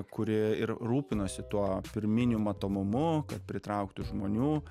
kuri ir rūpinosi tuo pirminių matomumu kad pritrauktų žmonių